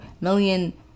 million